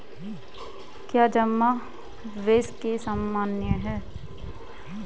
क्या जमा निवेश के समान है?